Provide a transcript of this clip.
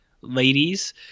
ladies